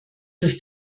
ist